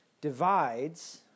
divides